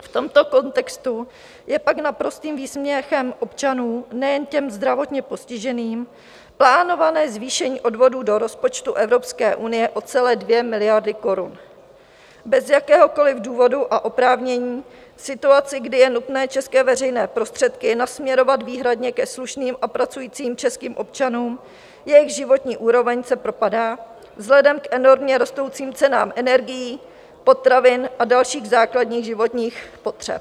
V tomto kontextu je pak naprostým výsměchem občanům, nejen těm zdravotně postiženým, plánované zvýšení odvodů do rozpočtu Evropské unie o celé 2 miliardy korun, bez jakéhokoli důvodu a oprávnění, v situaci, kdy je nutné české veřejné prostředky nasměrovat výhradně ke slušným a pracujícím českým občanům, jejichž životní úroveň se propadá vzhledem k enormně rostoucím cenám energií, potravin a dalších základních životních potřeb.